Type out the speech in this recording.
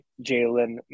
Jalen